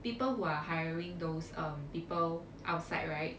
people who are hiring those um people outside right